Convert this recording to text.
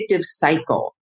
cycle